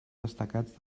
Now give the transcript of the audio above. destacats